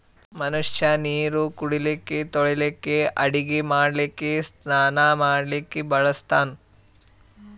ಮನಷ್ಯಾ ನೀರು ಕುಡಿಲಿಕ್ಕ ತೊಳಿಲಿಕ್ಕ ಅಡಗಿ ಮಾಡ್ಲಕ್ಕ ಸ್ನಾನಾ ಮಾಡ್ಲಕ್ಕ ಬಳಸ್ತಾನ್